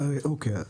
אוקיי.